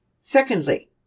Secondly